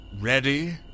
...ready